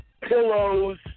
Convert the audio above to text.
pillows